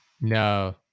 no